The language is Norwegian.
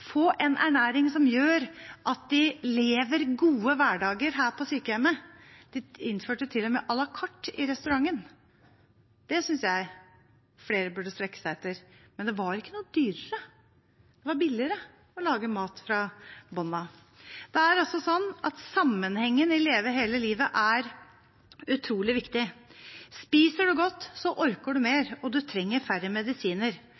få en ernæring som gjorde at de levde gode hverdager på sykehjemmet. De innførte til og med à la carte i restauranten. Det synes jeg flere burde strekke seg etter, men det var ikke noe dyrere, det var billigere å lage mat fra bunnen av. Sammenhengen i Leve hele livet er utrolig viktig. Spiser man godt, orker man mer, og man trenger færre medisiner.